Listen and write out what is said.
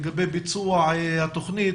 לגבי ביצוע התכנית,